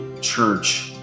church